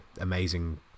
Amazing